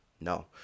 no